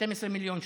12 מיליון שקל.